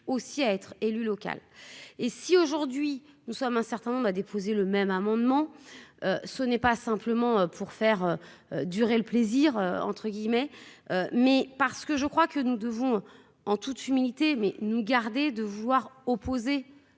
aussi à être élu local et si aujourd'hui nous sommes un certain nombre d'a déposé le même amendement, ce n'est pas simplement pour faire durer le plaisir, entre guillemets, mais parce que je crois que nous devons en toute humilité, mais nous garder de vouloir opposer